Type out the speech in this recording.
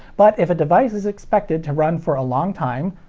but if a device is expected to run for a long time,